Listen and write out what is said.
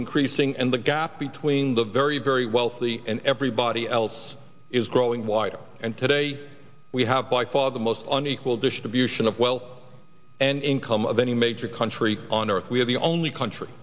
increasing and the gap between the very very wealthy and everybody else is growing wider and today we have by far the most unequal distribution of wealth and income of any major country on earth we are the only country